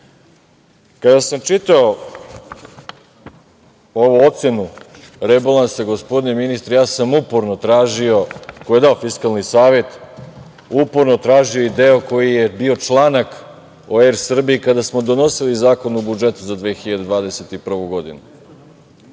sam čitao ovu ocenu rebalansa, gospodine ministre, ja sam uporno tražio, gledao Fiskalni savet, uporno tražio i deo članaka o „ER Srbiji“ kada smo donosili Zakon o budžetu za 2021. godinu.